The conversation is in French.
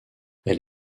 elle